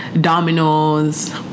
Dominoes